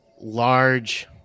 large